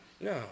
No